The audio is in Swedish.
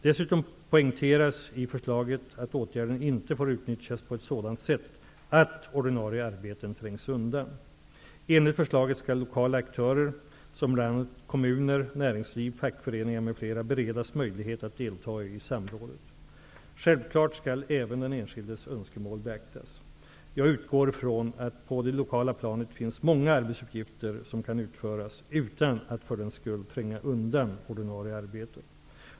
Dessutom poängteras i förslaget att åtgärden inte får utnyttjas på ett sådant sätt att ordinarie arbeten trängs undan. Enligt förslaget skall lokala aktörer, såsom bl.a. kommuner, näringsliv och fackföreningar, beredas möjlighet att delta i samrådet. Självklart skall även den enskildes önskemål beaktas. Jag utgår från att det på det lokala planet finns många arbetsuppgifter som kan utföras utan att för den skull tränga undan ordinarie arbeten.